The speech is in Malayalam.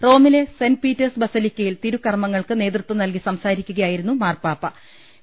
റോമിലെ സെന്റ് പീറ്റേഴ്സ് ബസലിക്കയിൽ തിരുകർമ്മങ്ങൾക്ക് നേതൃത്വം നൽകി സംസാരിക്കുകയായിരുന്നു മാർപ്പാ പ്പ